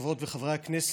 חברות וחברי הכנסת,